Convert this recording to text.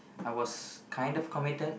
I was kind of committed